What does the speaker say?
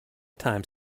time